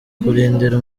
kurindira